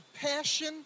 passion